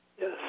Yes